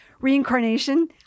reincarnation